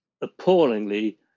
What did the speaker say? appallingly